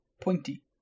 pointy